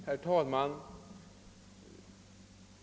Herr talman!